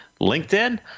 LinkedIn